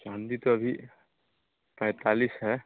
चाँदी तो अभी पैंतालीस है